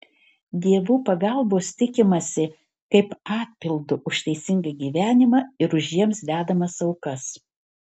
dievų pagalbos tikimasi kaip atpildo už teisingą gyvenimą ir už jiems dedamas aukas